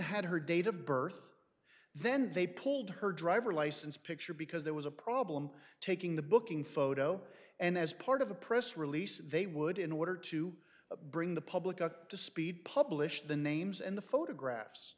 had her date of birth then they pulled her driver's license picture because there was a problem taking the booking photo and as part of a press release they would in order to bring the public up to speed publish the names and the photographs